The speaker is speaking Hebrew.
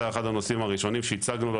היה אחד הנושאים הראשונים שהצגנו לו